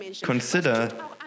consider